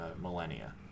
millennia